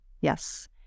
Yes